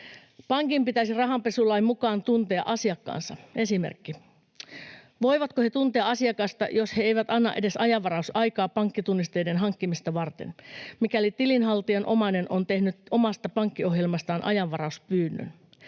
Pankin pitäisi rahanpesulain mukaan tuntea asiakkaansa. Esimerkki: Voivatko he tuntea asiakasta, jos he eivät anna edes ajanvarausaikaa pankkitunnisteiden hankkimista varten, mikäli tilinhaltijan omainen on tehnyt omasta pankkiohjelmastaan ajanvarauspyynnön?